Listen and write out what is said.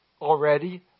already